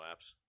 apps